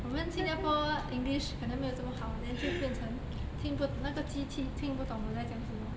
我们新加坡 english 可能没有这么好 then 就变成 听不那个机器听不懂我在讲什么